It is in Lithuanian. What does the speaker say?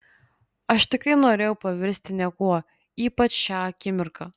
aš tikrai norėjau pavirsti niekuo ypač šią akimirką